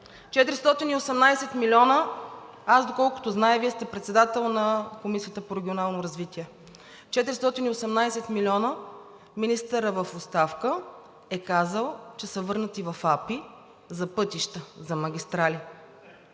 Ананиев, аз, доколкото зная, Вие сте председател на Комисията по регионалното развитие – 418 милиона министърът в оставка е казал, че са върнати в АПИ за пътища, за магистрали